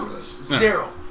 Zero